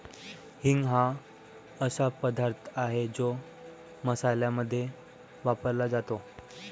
हिंग हा असा पदार्थ आहे जो मसाल्यांमध्ये वापरला जातो